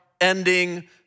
ending